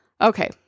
Okay